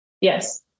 Yes